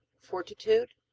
fortitude,